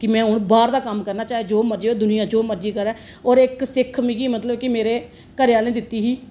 कि में हून बाहर दा कम्म करना चाहे जो मर्जी होऐ दुनिया जो मर्जी करे औऱ इक सिक्ख मतलब मिगी मेरे घरे आहले दित्ती ही